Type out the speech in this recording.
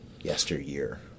yesteryear